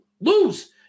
lose